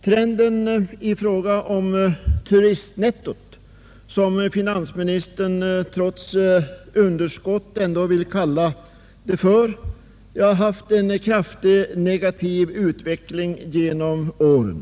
Trenden i fråga om turistnettot, som finansministern trots underskott ändå vill kalla det för, har haft en kraftig negativ utveckling genom åren.